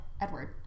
Edward